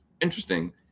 interesting